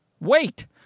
wait